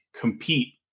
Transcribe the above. compete